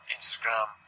Instagram